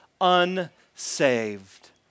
unsaved